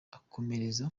akomereza